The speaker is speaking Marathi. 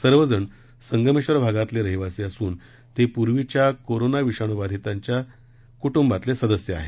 सर्व जण संगमेश्वर भागातले रहिवासी असून ते पूर्वीच्या कोरोना विषाणू बाधिताच्या कुटुंबातले सदस्य आहेत